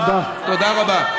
תודה רבה.